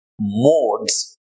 modes